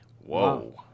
Whoa